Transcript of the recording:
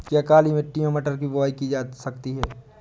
क्या काली मिट्टी में मटर की बुआई की जा सकती है?